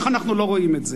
איך אנחנו לא רואים את זה?